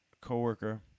co-worker